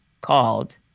called